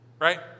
right